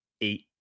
eight